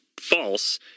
false